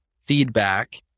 feedback